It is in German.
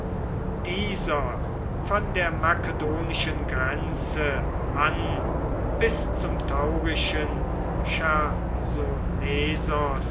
dieser von der makedonischen grenze an bis zum taurischen